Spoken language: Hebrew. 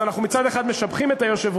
אז מצד אחד אנחנו משבחים את היושב-ראש,